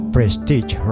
Prestige